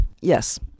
Yes